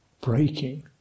breaking